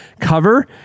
cover